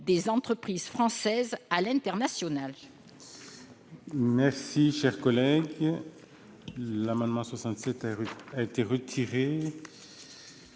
des entreprises françaises à l'international.